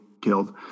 killed